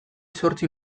zortzi